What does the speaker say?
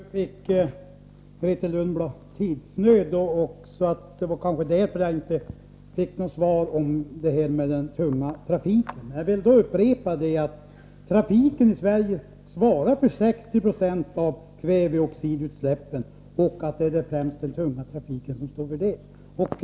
Herr talman! Nu fick Grethe Lundblad tidsnöd. Det var kanske därför jag inte fick något svar på frågan om den tunga trafiken. Jag vill då upprepa att trafiken i Sverige svarar för 60 90 av kväveoxidutsläppen och att det främst är den tunga trafiken som står för dessa utsläpp.